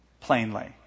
plainly